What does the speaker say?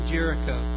Jericho